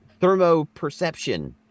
thermoperception